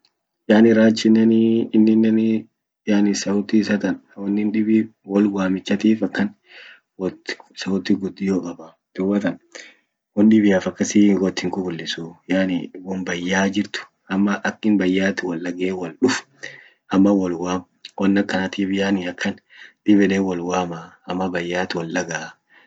Yani rachinenii ininenii yani sauti isa tan wonin dibii wolwamichatif akan wot sauti gudio qabaa dubatan won dibiaf akasi wotin kukulisuu yani won bayaa jirt ama akin bayat woldagee wotduf ama wolwaam won akkanatif yani akan dib yede wolwaama ama bayat woldagaa sunif akan sauti gugurda akasi kasabase wolwamanii.